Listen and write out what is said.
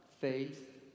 Faith